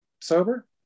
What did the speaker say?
sober